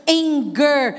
anger